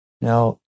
Now